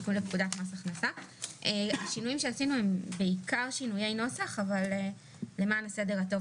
השינויים שעשינו הם בעיקר שינויי נוסח אבל למען הסדר הטוב